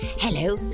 Hello